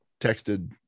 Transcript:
texted